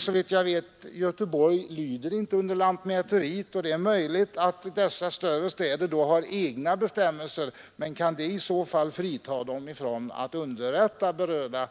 Såvitt jag vet lyder Göteborg inte under lantmäteriet, och det är möjligt att de större städerna har egna bestämmelser. Men kan detta i så fall frita dem från att underrätta berörda